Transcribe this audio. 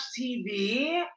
TV